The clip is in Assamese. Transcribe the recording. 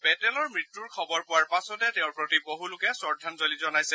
পেটেলৰ মৃত্যূৰ খবৰ পোৱাৰ পাছতে তেওঁৰ প্ৰতি বহু লোকে শ্ৰদ্ধাঞ্জলি জনাইছে